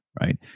Right